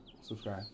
subscribe